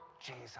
Jesus